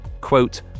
quote